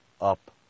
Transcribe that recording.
up